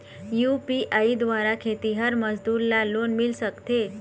UPI द्वारा खेतीहर मजदूर ला लोन मिल सकथे?